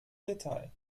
detail